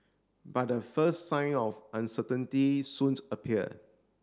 but the first sign of uncertainty soon appear